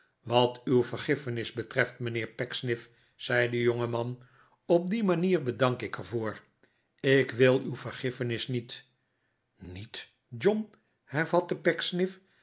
wat uw vergiffenis betreft mijnheer pecksniff zei de jongeman op die manier bedank ik er voor ik wil uw vergiffenis niet niet john hervatte